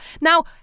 Now